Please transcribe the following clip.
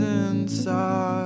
inside